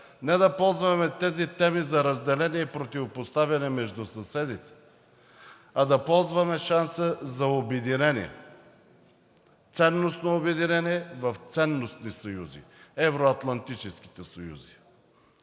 не да ползваме тези теми за разделение и противопоставяне между съседите, а да ползваме шанса за обединение – ценностно обединение в ценностни съюзи – евро-атлантическите съюзи.